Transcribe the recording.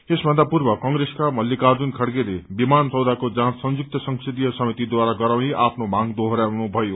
यसभन्दा पूर्व कंप्रेसका मल्लाकार्णुन खड़गेले विमान सौदाको जाँच संयुक्त संसदीय समितिद्वारा गराउने आफ्नो मांग देश्वोरयाउनुभयो